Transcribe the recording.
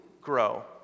grow